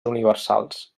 universals